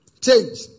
change